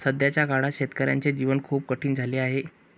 सध्याच्या काळात शेतकऱ्याचे जीवन खूप कठीण झाले आहे